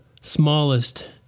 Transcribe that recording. smallest